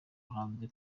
hanze